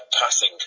passing